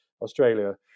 Australia